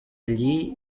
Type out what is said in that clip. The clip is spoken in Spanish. allí